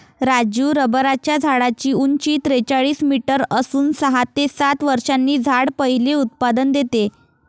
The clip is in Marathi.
राजू रबराच्या झाडाची उंची त्रेचाळीस मीटर असून सहा ते सात वर्षांनी झाड पहिले उत्पादन देते